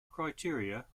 criteria